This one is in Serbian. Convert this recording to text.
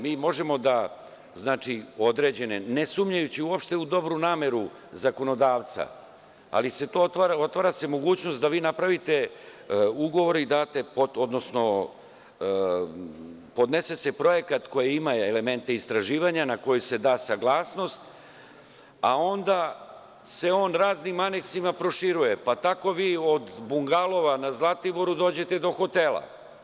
Mi možemo, ne sumnjajući u dobro nameru zakonodavca, ali se otvara mogućnost da vi napravite ugovore, odnosno podnese se projekata koji ima element istraživanja na koji se da saglasnost, a onda se on raznim aneksima proširuje, pa tako vi od bungalova na Zlatiboru dođete do hotela.